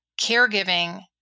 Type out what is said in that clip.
caregiving